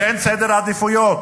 כשאין סדר עדיפויות?